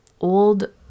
old